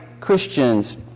Christians